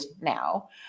now